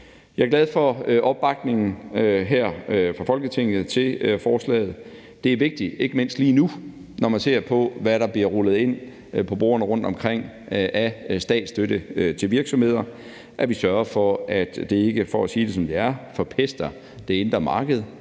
Jeg er glad for opbakningen her fra Folketinget til forslaget. Det er vigtigt, ikke mindst lige nu, når man ser på, hvad der bliver rullet ind på bordene rundtomkring af statsstøtte til virksomheder, at vi sørger for, at det ikke, for at sige det, som det er, forpester det indre marked,